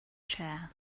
chair